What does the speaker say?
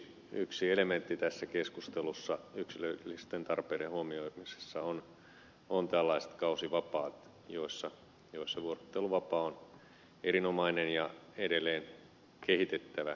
yksi elementti tässä keskustelussa yksilöllisten tarpeiden huomioimisesta on tällaiset kausivapaat joissa vuorotteluvapaa on erinomainen ja edelleen kehitettävä